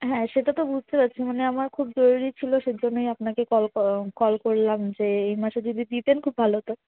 হ্যাঁ সেটা তো বুঝতে পারছি মানে আমার খুব জরুরি ছিলো সেজন্যই আপনাকে কল ক কল করলাম যে এই মাসে যদি দিতেন খুব ভালো হতো